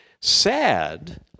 Sad